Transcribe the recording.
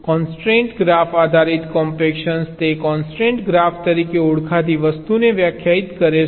તેથી constraint graph આધારિત compaction તે કોન્સ્ટ્રેન્ટ ગ્રાફ તરીકે ઓળખાતી વસ્તુને વ્યાખ્યાયિત કરે છે